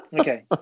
Okay